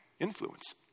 influence